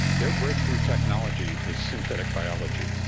their breakthrough technology is synthetic biology.